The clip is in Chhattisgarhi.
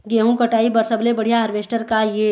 गेहूं कटाई बर सबले बढ़िया हारवेस्टर का ये?